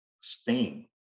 stain